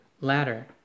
ladder